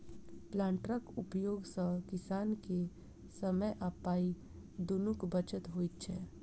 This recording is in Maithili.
प्लांटरक उपयोग सॅ किसान के समय आ पाइ दुनूक बचत होइत छै